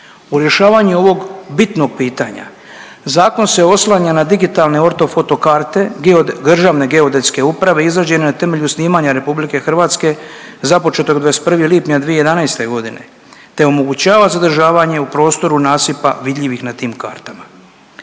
U rješavanju ovog bitnog pitanja, zakon se oslanja na digitalne ortofotokarte Državne geodetske uprave izrađene na temelju snimanja RH započete 21. lipnja 2011. g. te omogućava zadržavanje u prostoru nasipa vidljivih na tim kartama.